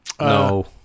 No